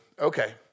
okay